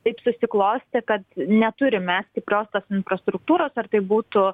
taip susiklostė kad neturim mes stiprios tos infrastruktūros ar tai būtų